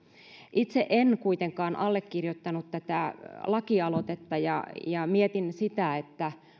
itse en kuitenkaan allekirjoittanut tätä lakialoitetta mietin sitä että